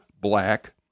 black